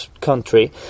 Country